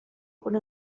por